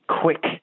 quick